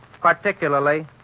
particularly